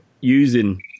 using